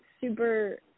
super